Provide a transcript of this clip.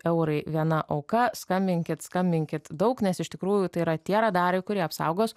eurai viena auka skambinkit skambinkit daug nes iš tikrųjų tai yra tie radarai kurie apsaugos